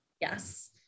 Yes